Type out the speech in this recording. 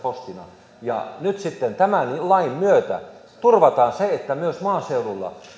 postina nyt sitten tämän lain myötä turvataan se että myös maaseudulla